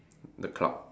the cloud